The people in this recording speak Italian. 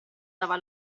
dava